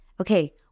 okay